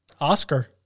Oscar